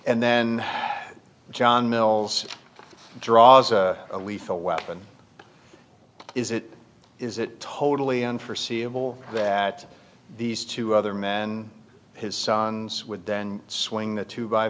then john mills draws a lethal weapon is it is it totally on forseeable that these two other men his sons would then swing the two